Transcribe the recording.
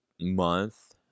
month